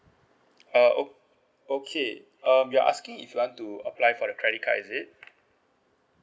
uh ok~ okay um you're asking if you want to apply for the credit card is it